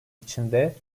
içinde